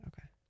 okay